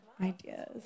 ideas